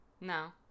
No